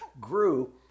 grew